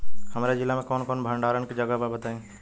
हमरा जिला मे कवन कवन भंडारन के जगहबा पता बताईं?